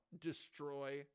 destroy